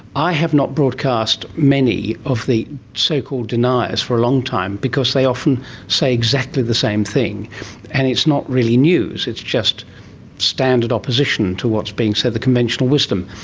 i have not broadcast many of the so-called deniers for a long time because they often say exactly the same thing and it's not really news, it's just standard opposition to what's being said, the conventional wisdom.